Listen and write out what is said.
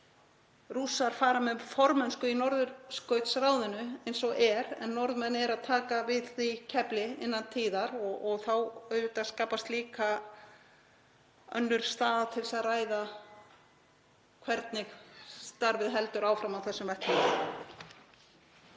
Rússar fara með formennsku í Norðurskautsráðinu eins og er, en Norðmenn eru að taka við því kefli innan tíðar og þá skapast líka önnur staða til að ræða hvernig starfið heldur áfram á þessum vettvangi.